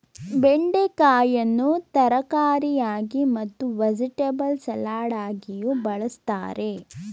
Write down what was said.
ಬೆಂಡೆಕಾಯಿಯನ್ನು ತರಕಾರಿಯಾಗಿ ಮತ್ತು ವೆಜಿಟೆಬಲ್ ಸಲಾಡಗಿಯೂ ಬಳ್ಸತ್ತರೆ